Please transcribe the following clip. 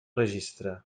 registre